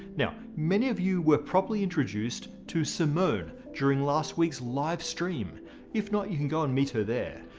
now many of you were properly introduced to simone during last week's livestream if not you can go and meet her there,